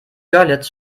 görlitz